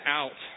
out